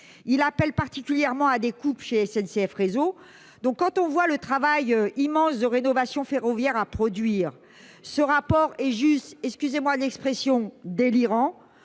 il appelle particulièrement à des coupes chez SNCF réseau donc, quand on voit le travail immense de rénovation ferroviaire à produire ce rapport est juste excusez-moi d'expression délirant,